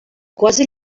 quasi